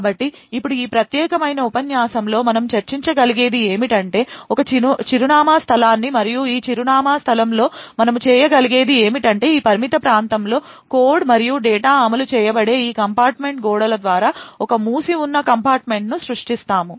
కాబట్టి ఇప్పుడు ఈ ప్రత్యేకమైన ఉపన్యాసంలో మనము చర్చించగలిగేది ఏమిటంటే ఒక చిరునామా స్థలాన్ని మరియు ఈ చిరునామా స్థలంలో మనము చేయగలిగేది ఏమిటంటే ఈ పరిమిత ప్రాంతంలో కోడ్ మరియు డేటా అమలు చేయబడే ఈ కంపార్ట్మెంట్ గోడల ద్వారా ఒక మూసి ఉన్న కంపార్ట్మెంట్ను సృష్టిస్తాము